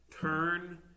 turn